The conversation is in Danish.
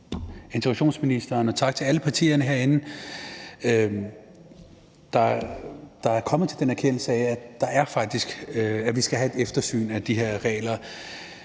tak til alle partierne herinde, der er kommet til den erkendelse, at vi faktisk skal have et eftersyn af de her regler.